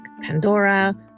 Pandora